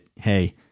Hey